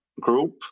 group